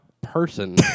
person